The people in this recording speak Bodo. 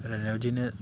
ओरैनो बेदिनो